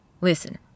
Listen